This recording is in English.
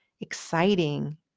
exciting